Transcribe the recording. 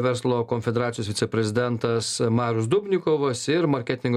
verslo konfederacijos viceprezidentas marius dubnikovas ir marketingo